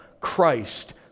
Christ